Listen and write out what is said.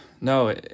no